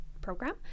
program